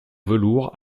velours